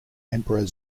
emperor